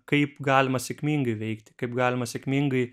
kaip galima sėkmingai veikti kaip galima sėkmingai